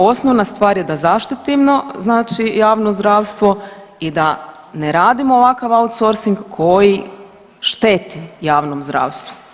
Osnovna stvar je zaštitimo znači javno zdravstvo i da ne radimo ovakav outsourcing koji šteti javnom zdravstvu.